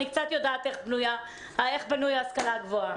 אני קצת יודעת איך בנויה ההשכלה הגבוהה.